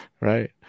right